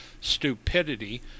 stupidity